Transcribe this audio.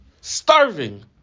starving